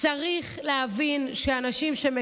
צריך לקבל אישור רפואי.